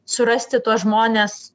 surasti tuos žmones